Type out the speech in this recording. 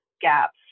gaps